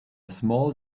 small